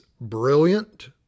brilliant